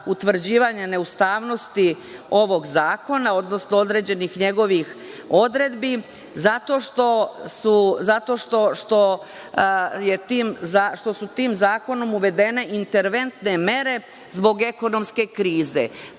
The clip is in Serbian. utvrđivanje neustavnosti ovog Zakona, odnosno određenih njegovih odredbi, zato što su tim zakonom uvedene interventne mere, zbog ekonomske krize.